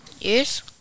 yes